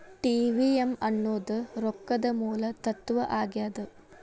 TVM ಅನ್ನೋದ್ ರೊಕ್ಕದ ಮೂಲ ತತ್ವ ಆಗ್ಯಾದ